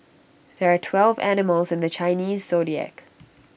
there are twelve animals in the Chinese Zodiac